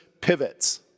pivots